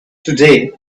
today